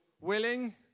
willing